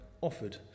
offered